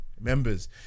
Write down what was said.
members